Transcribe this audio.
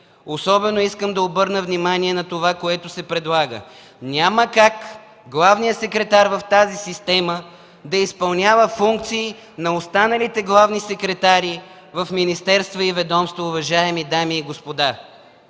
Особено искам да обърна внимание на това, което се предлага. Няма как главният секретар в тази система да изпълнява функции на останалите главни секретари в останалите министерства и ведомства, уважаеми дами и господа!